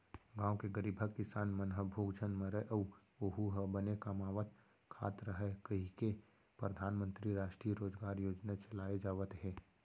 गाँव के गरीबहा किसान मन ह भूख झन मरय अउ ओहूँ ह बने कमावत खात रहय कहिके परधानमंतरी रास्टीय रोजगार योजना चलाए जावत हे